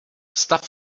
stav